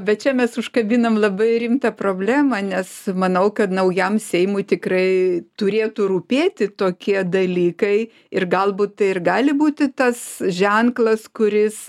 va čia mes užkabinam labai rimtą problemą nes manau kad naujam seimui tikrai turėtų rūpėti tokie dalykai ir galbūt tai ir gali būti tas ženklas kuris